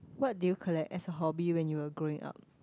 what do you collect as a hobby when you were growing up